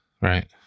right